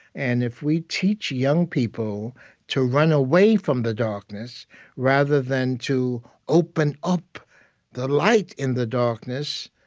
and if we teach young people to run away from the darkness rather than to open up the light in the darkness,